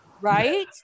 Right